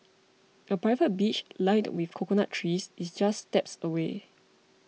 a private beach lined with coconut trees is just steps away